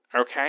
okay